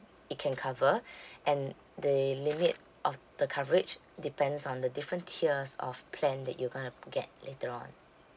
it can cover and the limit of the coverage depends on the different tiers of plan that you going get later on